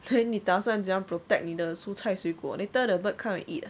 你打算怎么 protect 你的蔬菜水果 later the bird come and eat eh